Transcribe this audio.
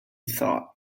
thought